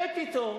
ופתאום,